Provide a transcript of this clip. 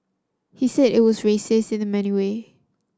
he said it was racist in many way